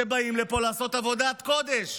שבאים לפה לעשות עבודת קודש.